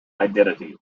identity